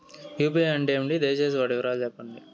UPI అంటే ఏమి? దయసేసి వాటి పూర్తి వివరాలు సెప్పండి?